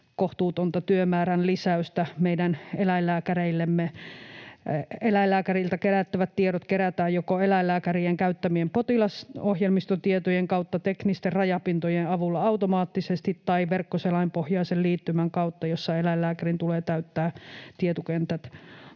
kohtuutonta työmäärän lisäystä meidän eläinlääkäreillemme. Eläinlääkäriltä kerättävät tiedot kerätään joko eläinlääkärien käyttämien potilasohjelmistotietojen kautta teknisten rajapintojen avulla automaattisesti tai verkkoselainpohjaisen liittymän kautta, jolloin eläinlääkärin tulee täyttää tietokentät